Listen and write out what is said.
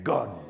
God